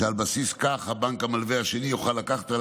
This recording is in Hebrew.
ושעל בסיס זה הבנק המלווה השני יוכל לקחת על